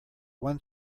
one